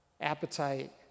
Appetite